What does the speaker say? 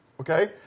Okay